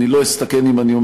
שאני לא אסתכן אם אומר,